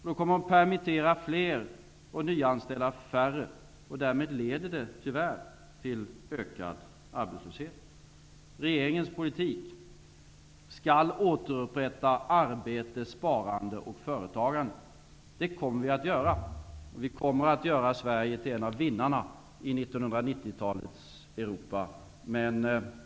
De kommer att permittera fler och nyanställa färre. Därmed leder skattehöjningarna tyvärr till ökad arbetslöshet. Regeringens politik skall återupprätta arbete, sparande och företagande. Det kommer vi att göra. Vi kommer att göra Sverige till en av vinnarna i 90 talets Europa.